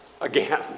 again